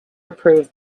approved